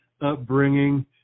upbringing